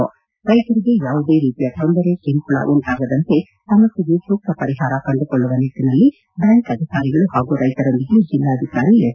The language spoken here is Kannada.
ರ್ಲೆತರಿಗೆ ಯಾವುದೇ ರೀತಿಯ ತೊಂದರೆ ಕಿರುಕುಳ ಉಂಟಾಗದಂತೆ ಸಮಸ್ನೆಗೆ ಸೂಕ್ತ ಪರಿಹಾರ ಕಂಡುಕೊಳ್ಳುವ ನಿಟ್ಟನಲ್ಲಿ ಬ್ಬಾಂಕ್ ಅಧಿಕಾರಿಗಳು ಹಾಗೂ ರೈತರೊಂದಿಗೆ ಜಿಲ್ಲಾಧಿಕಾರಿ ಎಸ್